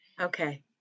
Okay